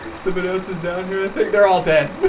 somebody else is down here. i think they're all dead but